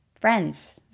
Friends